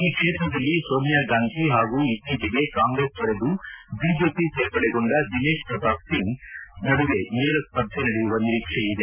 ಈ ಕ್ಷೇತ್ರದಲ್ಲಿ ಸೋನಿಯಾ ಗಾಂಧಿ ಹಾಗೂ ಇತ್ತೀಚೆಗೆ ಕಾಂಗ್ರೆಸ್ ತೊರೆದು ಬಿಜೆಪಿ ಸೇರ್ಪಡೆಗೊಂಡ ದಿನೇಶ್ ಪ್ರತಾಪ್ ಸಿಂಗ್ ನಡುವೆ ನೇರ ಸ್ಪರ್ಧೆ ನಡೆಯುವ ನಿರೀಕ್ಷೆ ಇದೆ